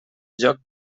joc